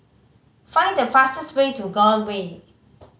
find the fastest way to Gul Way